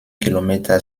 kilometer